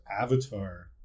avatar